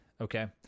Okay